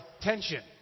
tension